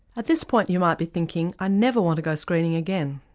at this point you might be thinking i never want to go screening again.